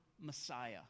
Messiah